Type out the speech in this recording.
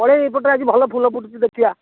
ପଳେଇବି ଏପଟରେ ଆଜି ଭଲ ଫୁଲ ଫୁଟିଛି ଦେଖିବା